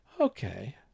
Okay